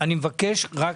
הם נמצאים ברשימה